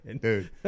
Dude